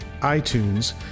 iTunes